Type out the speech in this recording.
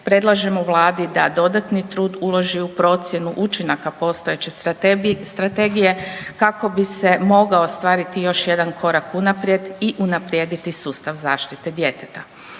predlažemo Vladi da dodatni trud uloži u procjenu učinaka postojeće strategije kako bi se mogao ostvariti još jedan korak unaprijed i unaprijediti sustav zaštite djeteta.